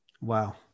Wow